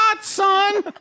son